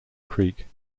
creek